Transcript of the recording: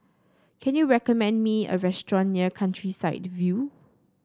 can you recommend me a restaurant near Countryside View